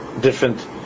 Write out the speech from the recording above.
different